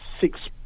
six